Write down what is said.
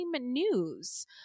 news